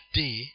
day